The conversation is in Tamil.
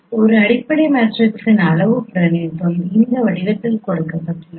ஒரு அடிப்படை மேட்ரிக்ஸின் அளவுரு பிரதிநிதித்துவம் இந்த வடிவத்தில் கொடுக்கப்படுகிறது